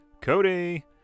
Cody